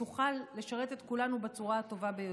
תוכל לשרת את כולנו בצורה הטובה ביותר.